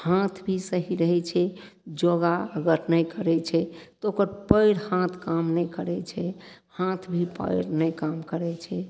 हाथ भी सही रहय छै योगा अगर नहि करय छै तऽ ओकर पयर हाथ काम नहि करय छै हाथ भी पयर नहि काम करय छै